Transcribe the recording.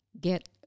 get